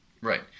Right